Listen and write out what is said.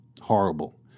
horrible